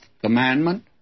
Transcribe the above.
commandment